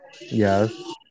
Yes